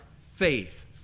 faith